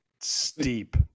steep